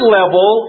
level